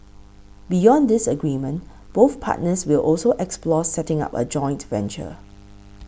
beyond this agreement both partners will also explore setting up a joint venture